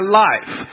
life